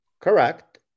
correct